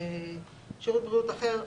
ולשרות בריאות אחר,